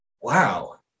wow